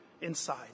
inside